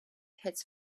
hits